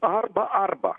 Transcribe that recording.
arba arba